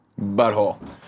Butthole